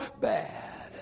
bad